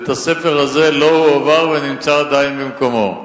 בית-הספר הזה לא הועבר ונמצא עדיין במקומו.